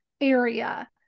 area